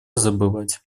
забывать